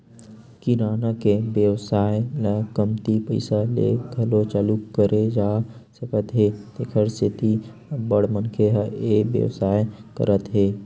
किराना के बेवसाय ल कमती पइसा ले घलो चालू करे जा सकत हे तेखर सेती अब्बड़ मनखे ह ए बेवसाय करत हे